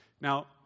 now